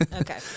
Okay